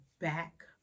back